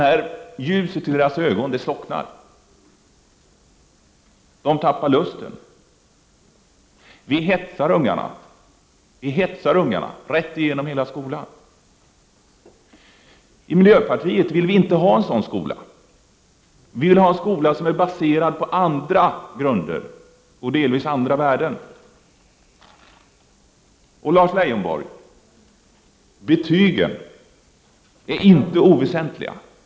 Jo, ljuset i deras ögon slocknar, de tappar lusten. Vi hetsar ungarna, rätt igenom hela skolan. I miljöpartiet vill vi inte ha en sådan skola. Vi vill ha en skola som är baserad på andra grunder och delvis andra värden. Lars Leijonborg! Betygen är inte oväsentliga.